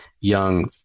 young